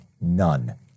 None